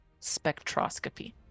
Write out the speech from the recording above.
spectroscopy